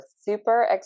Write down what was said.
Super